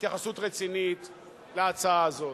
התייחסות רצינית להצעה הזאת,